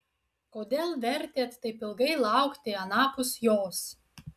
kodėl vertėt taip ilgai laukti anapus jos